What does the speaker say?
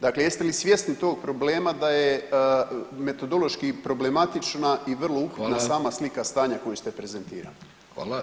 Dakle, jeste li svjesni tog problema da je metodološki problematična i vrlo upitna sama slika stanja koju ste prezentirali?